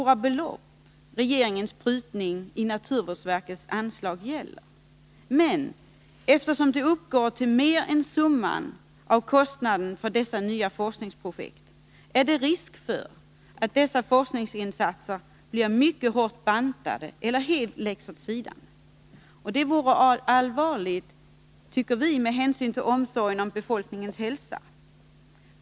Regeringens prutningar i naturvårdsverkets anslag gäller kanske inte några stora belopp, men eftersom de uppgår till mer än summan av kostnaderna för dessa nya forskningsprojekt är det ändå risk för att forskningsinsatserna blir mycket hårt nedbantade eller helt läggs åt sidan. Vi tycker att det vore allvarligt med hänsyn till omsorgen om befolkningens hälsa.